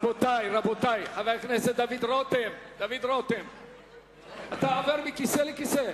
חבר הכנסת דוד רותם, אתה עובר מכיסא לכיסא.